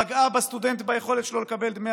פגעה בסטודנט וביכולת שלו לקבל דמי